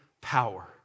power